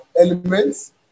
elements